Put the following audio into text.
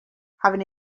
having